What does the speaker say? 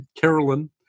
Carolyn